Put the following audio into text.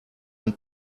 ein